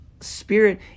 spirit